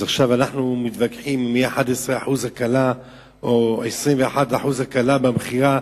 אז עכשיו אנחנו מתווכחים אם יהיו 11% הקלה או 21% הקלה במכירה?